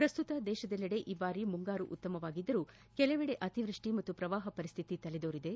ಪ್ರಸ್ತುತ ದೇಶದೆಲ್ಲೆಡೆ ಈ ಬಾರಿ ಮುಂಗಾರು ಉತ್ತಮವಾಗಿದ್ದು ಕೆಲವೆಡೆ ಅತಿವ್ನಷ್ಟಿ ಮತ್ತು ಪ್ರವಾಹ ಪರಿಸ್ತಿತಿ ತಲೆದೋರಿದೆ